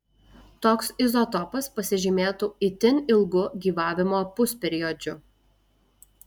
toks izotopas pasižymėtų itin ilgu gyvavimo pusperiodžiu